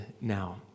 now